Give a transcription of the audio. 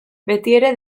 betiere